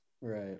right